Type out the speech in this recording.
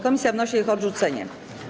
Komisja wnosi o ich odrzucenie.